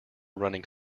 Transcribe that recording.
running